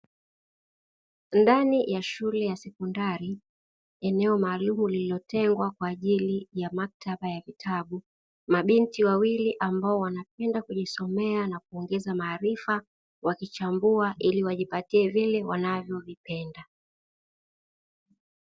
Ndani ya shule ya sekondari, eneo maalumu lililotengwa kwa ajili ya maktaba ya vitabu, mabinti wawili ambao wanapenda kujisomea na kuongeza maarifa wakichambua ili wajipatie vile wanavyovipenda.